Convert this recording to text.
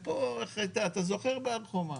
אתה זוכר בהר חומה.